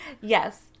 Yes